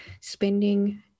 spending